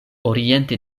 oriente